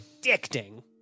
addicting